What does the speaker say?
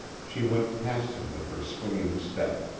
she went past him with her swinging step.